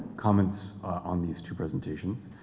comments on these two presentations.